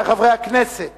התש"ע 2010, מאת חבר הכנסת